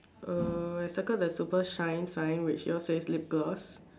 uh I circled the super shine sign which yours say lip gloss